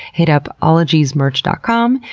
hit up ologiesmerch dot com,